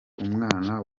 umwana